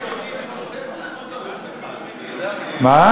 דומני שאדוני התפרסם בזכות ערוץ 1. מה?